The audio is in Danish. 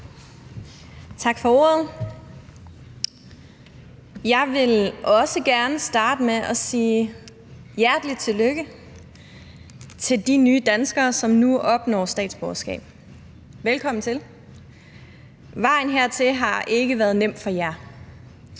Tak for ordet. Jeg vil også gerne starte med at sige hjertelig tillykke til de nye danskere, som nu opnår statsborgerskab. Velkommen til! Vejen hertil har ikke været nem for jer,